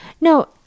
No